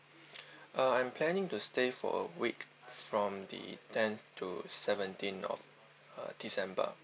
uh I'm planning to stay for a week from the ten to seventeen of uh december